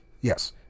Yes